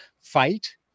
Fight